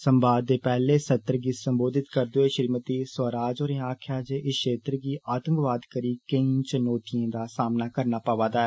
संवाद दे पैहले सत्र् गी सम्बोधित करदे होई श्रीमति स्वराज होरें आक्खेआ जे इस क्षेत्र गी आतंकवाद करी केई चनौतियें दा सामना करना पवारदा हा